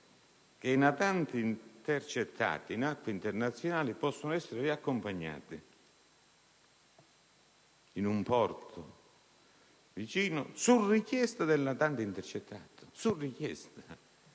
che i natanti intercettati in acque internazionali possono essere riaccompagnati in un porto vicino, su richiesta del natante intercettato. Non esiste